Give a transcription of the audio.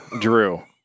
Drew